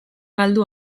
galdu